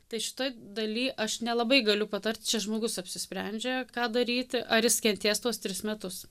tai šitoj daly aš nelabai galiu patart čia žmogus apsisprendžia ką daryti ar jis kentės tuos tris metus